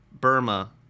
Burma